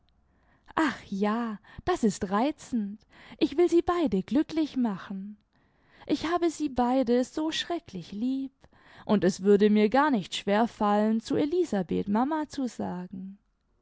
ach ja das ist reizend ich will sie beide glücklich machen ich habe sie beide so schrecklich lieb und es würde mir gar nicht schwer fallen zu elisabeth mama zu sagen